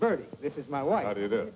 bertie this is my wife i did it